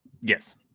Yes